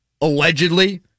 allegedly